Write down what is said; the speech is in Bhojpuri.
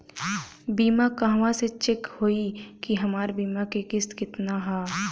बीमा कहवा से चेक होयी की हमार बीमा के किस्त केतना ह?